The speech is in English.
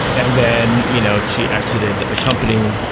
and then you know she exited the company.